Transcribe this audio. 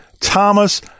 thomas